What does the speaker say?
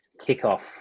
kickoff